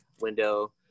window